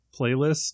playlist